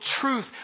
truth